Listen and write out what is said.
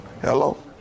Hello